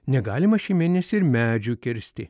negalima šį mėnesį ir medžių kirsti